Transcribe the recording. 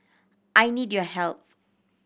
I need your help